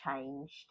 changed